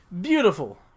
Beautiful